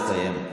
נא לסיים.